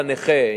לנכה,